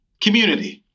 Community